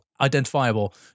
identifiable